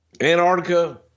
Antarctica